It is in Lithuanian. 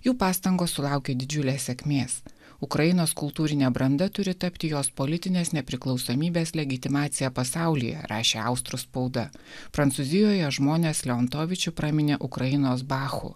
jų pastangos sulaukė didžiulės sėkmės ukrainos kultūrinė branda turi tapti jos politinės nepriklausomybės legitimacija pasaulyje rašė austrų spauda prancūzijoje žmonės leontovičių praminė ukrainos bachu